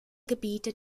gebiete